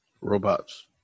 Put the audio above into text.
Robots